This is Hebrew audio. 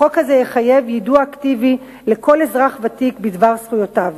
החוק הזה יחייב יידוע אקטיבי לכל אזרח ותיק בדבר זכויותיו.